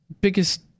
biggest